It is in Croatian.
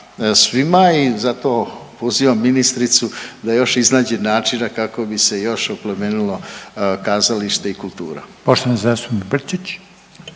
svima i zato pozivam ministricu da još iznađe načina kako bi se još oplemenilo kazalište i kultura.